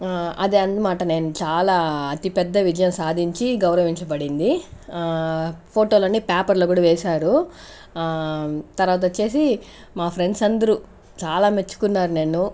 అది అనమాట నేను చాలా అతిపెద్ద విజయం సాధించి గౌరవించబడింది ఆ ఫోటోలన్నీపేపర్లో కూడా వేశారు తర్వాత వచ్చేసి మా ఫ్రెండ్స్ అందరూ చాలా మెచ్చుకున్నారు నన్ను